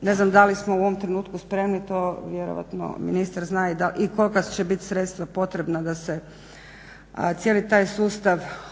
Ne znam da li smo u ovom trenutak spremni to vjerojatno ministar zna i kolika će biti sredstva potrebna da se cijeli taj sustav ekipira